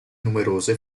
numerose